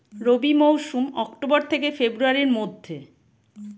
রবি মৌসুম অক্টোবর থেকে ফেব্রুয়ারির মধ্যে